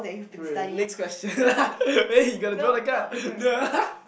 wait next question wait you gotta draw the card no